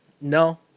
No